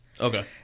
Okay